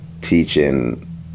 teaching